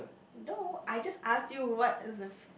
no I just asked you what is the